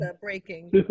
breaking